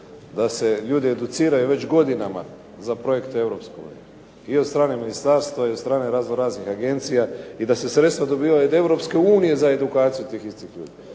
da se ljudi educiraju već godinama za projekte Europske unije i od strane ministarstva i od razno-raznih agencija i da se sredstva dobivaju iz Europske unije za edukaciju tih instituta.